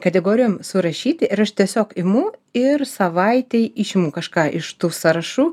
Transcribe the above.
kategorijom surašyti ir aš tiesiog imu ir savaitei išimu kažką iš tų sąrašų